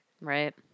Right